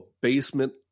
basement